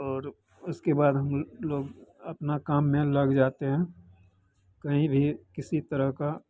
और उसके बाद हम लोग अपना काम में लग जाते हैं कहीं भी किसी तरह का